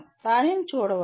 దానిని చూడవచ్చు